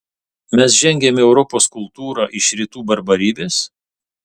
mes žengiame į europos kultūrą iš rytų barbarybės